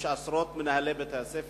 יש עשרות מנהלי בתי-ספר,